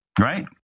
right